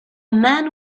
man